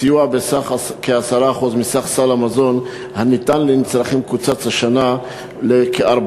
הסיוע בסך כ-10% מסך סל המזון הניתן לנצרכים קוצץ השנה לכ-4%.